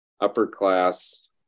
upper-class